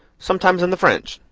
sometimes in the french.